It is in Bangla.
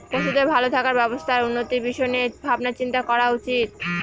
পশুদের ভালো থাকার ব্যবস্থা আর উন্নতির বিষয় নিয়ে ভাবনা চিন্তা করা উচিত